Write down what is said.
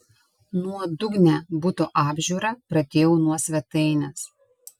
nuodugnią buto apžiūrą pradėjau nuo svetainės